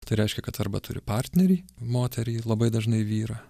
tai reiškia kad arba turi partnerį moterį labai dažnai vyrą